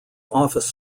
office